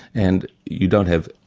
and you don't have,